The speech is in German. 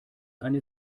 eine